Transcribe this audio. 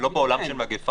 הן לא בעולם של מגפה,